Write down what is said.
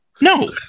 No